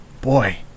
boy